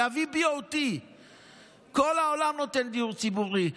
להביא BOT. כל העולם נותן דיור ציבורי,